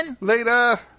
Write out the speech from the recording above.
Later